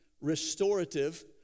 restorative